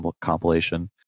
compilation